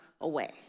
away